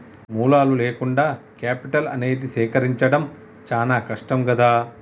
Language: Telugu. మూలాలు లేకుండా కేపిటల్ అనేది సేకరించడం చానా కష్టం గదా